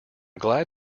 glad